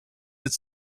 its